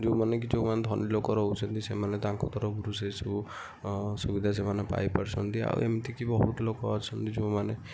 ଯେଉଁମାନେ କି ଯେଉଁମାନେ ଧନୀ ଲୋକ ରହୁଛନ୍ତି ସେମାନେ ତାଙ୍କ ତରଫରୁ ସେ ସବୁ ସୁବିଧା ସେମାନେ ପାଇପାରୁଛନ୍ତି ଆଉ ଏମିତି କି ବହୁତ ଲୋକ ଅଛନ୍ତି ଯେଉଁମାନେ